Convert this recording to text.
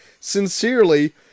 Sincerely